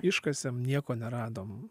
iškasėm nieko neradom